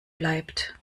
bleibt